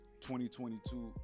2022